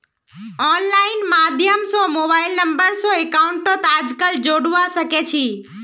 online माध्यम स mobile number स अकाउंटक आजकल जोडवा सके छी